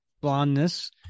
blondness